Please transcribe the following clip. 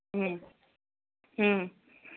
ও ও